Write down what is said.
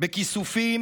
בכיסופים